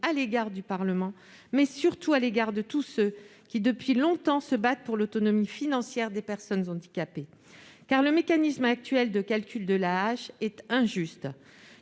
à l'égard du Parlement, mais, surtout, à l'égard de tous ceux qui, depuis longtemps, se battent pour l'autonomie financière des personnes handicapées. En effet, le mécanisme actuel de calcul de l'AAH est injuste.